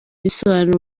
risobanura